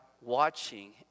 watching